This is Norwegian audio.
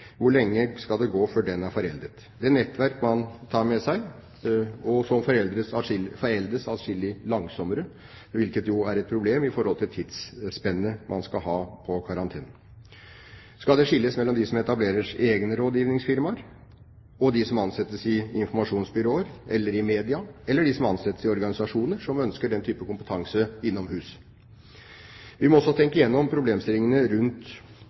Hvor lang tid skal det gå før den er foreldet? Det nettverk man tar med seg, foreldes atskillig langsommere, hvilket er et problem i forhold til tidsspennet man skal ha på karantene. Skal det skilles mellom de som etablerer egne rådgivningsfirmaer og de som ansettes i informasjonsbyråer eller i media, eller de som ansettes i organisasjoner som ønsker den type kompetanse innomhus? Vi må også tenke gjennom problemstillingene rundt